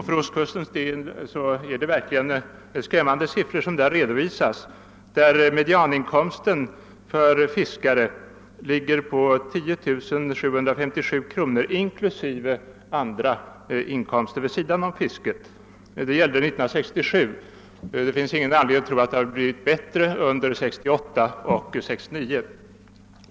För ostkustens del är det verkligen skrämmande siffror som redovisas: medianinkomsten för fiskare ligger på 10757 kr. inklusive andra inkomster vid sidan om fisket. Detta gällde 1967, och det finns ingen anledning att tro att det har blivit bättre under 1968 och 1969.